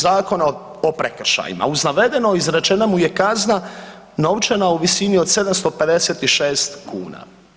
Zakona o prekršajima.“ Uz navedeno izrečena mu je kazna novčana u visini od 756 kuna.